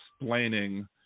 explaining